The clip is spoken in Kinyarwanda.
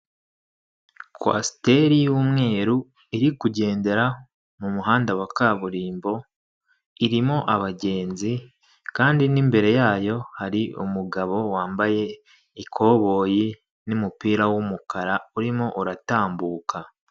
Kwasiteri y'umweru irikugendera mumuhanda wa kaburimbo, irimo abagenzi kandi n'imbere yayo hari umugabo wambaye ikoboyi n'umupira w'umukara urimo uratambuka.